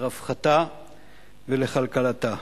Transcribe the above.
לרווחתה ולכלכלתה.